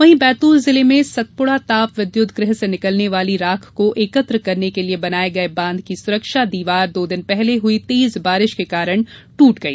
वहीं बैतूल जिले में सतपुड़ा ताप विद्युत गृह से निकलने वाली राख को एकत्र करने के लिए बनाए गए बांध की सुरक्षा दीवार दो दिन पहले हुई तेज बारिश के कारण दूट गई